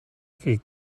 could